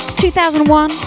2001